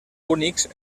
únics